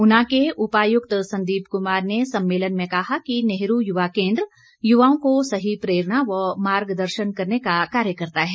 ऊना के उपायुक्त संदीप कुमार ने सम्मेलन में कहा कि नेहरू युवा केंद्र युवाओं को सही प्रेरणा व मार्गदर्शन करने का कार्य करता है